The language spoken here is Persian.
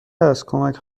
هست، کمک